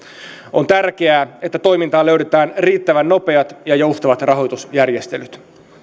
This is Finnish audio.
on tärkeää että toimintaan löydetään riittävän nopeat ja joustavat rahoitusjärjestelyt